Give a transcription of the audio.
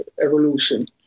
evolution